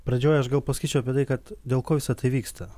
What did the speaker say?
pradžioj aš gal pasakyčiau apie tai kad dėl ko visa tai vyksta